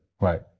Right